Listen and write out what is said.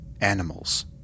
animals